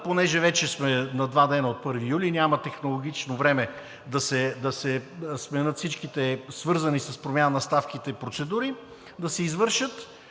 понеже вече сме на два дни от 1 юли и няма технологично време да се сменят всичките, свързани с промяна на ставките процедури, да се извършат,